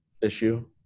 issue